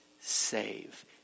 save